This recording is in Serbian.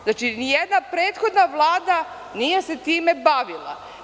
Znači, ni jedna prethodna Vlada nije se time bavila.